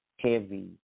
Heavy